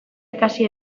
ikasi